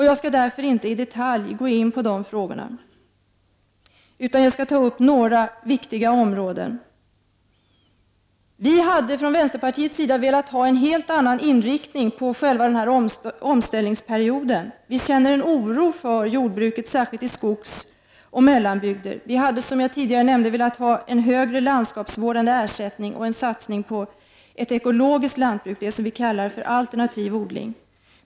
Jag skall därför inte i detalj gå in på dessa frågor. Jag skall i stället ta upp några viktiga områden. Vi hade från vänsterpartiets sida velat ha en helt annan inriktning på den här omställningsperioden. Vi känner en oro för jordbruket, särskilt i skogsoch mellanbygder. Vi hade, som jag tidigare nämnde, velat ha en högre landskapsvårdande ersättning och en satsning på ett ekologiskt lantbruk, det som vi kallar alternativ odling.